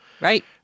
Right